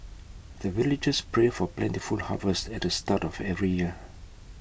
the villagers pray for plentiful harvest at the start of every year